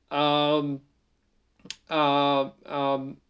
um uh um